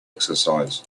exercise